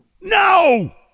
No